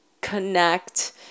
connect